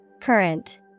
Current